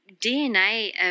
DNA